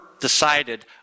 decided